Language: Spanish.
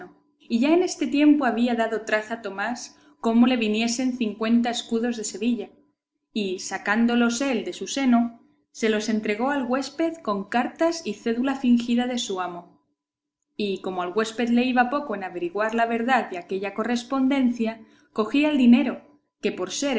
y ya en este tiempo había dado traza tomás cómo le viniesen cincuenta escudos de sevilla y sacándolos él de su seno se los entregó al huésped con cartas y cédula fingida de su amo y como al huésped le iba poco en averiguar la verdad de aquella correspondencia cogía el dinero que por ser